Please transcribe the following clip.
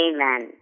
Amen